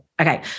Okay